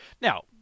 Now